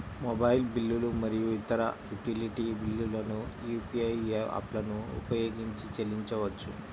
mobile బిల్లులు మరియు ఇతర యుటిలిటీ బిల్లులను యూ.పీ.ఐ యాప్లను ఉపయోగించి చెల్లించవచ్చు